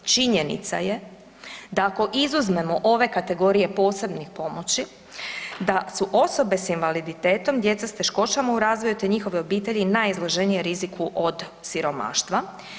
Činjenica je da ako izuzmemo ove kategorije posebnih pomoći da su osobe s invaliditetom, djeca s teškoćama u razvoju, te njihove obitelji najizloženiji riziku od siromaštva.